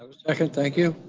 ah second, thank you.